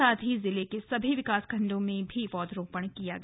साथ ही जिले के सभी विकासखण्डों में भी पौधों का रोपण किया गया